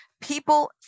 people